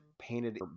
painted